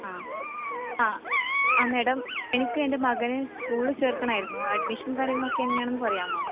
ആ ആ ആ മാഡം എനിക്ക് എൻ്റെ മകനെ സ്കൂളിൽ ചേർക്കണമായിരുന്നു അഡ്മിഷൻ കാര്യങ്ങളൊക്കെ എങ്ങനെ ആണെന്നു പറയാമോ